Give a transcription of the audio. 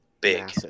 big